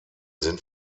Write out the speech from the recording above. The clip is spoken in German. sind